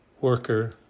worker